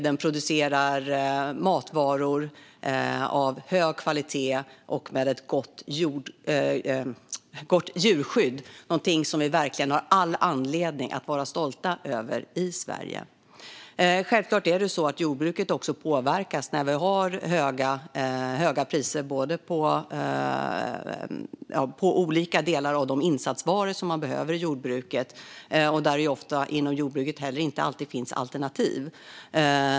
Den producerar matvaror av hög kvalitet, och den har ett gott djurskydd. Det är något som vi verkligen har all anledning att vara stolta över i Sverige. Självklart påverkas jordbruket när vi har höga priser på olika delar av de insatsvaror som behövs i jordbruket. Inom jordbruket finns det heller inte alltid alternativ.